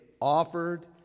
offered